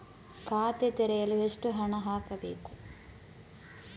ಖಾತೆ ತೆರೆಯಲು ಎಷ್ಟು ಹಣ ಹಾಕಬೇಕು?